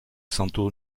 santo